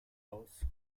aus